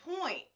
point